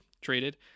traded